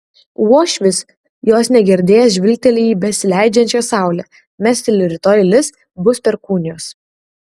uošvis jos negirdėjęs žvilgteli į besileidžiančią saulę mesteli rytoj lis bus perkūnijos